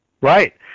Right